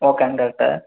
ஓகேங்க டாக்டர்